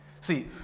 See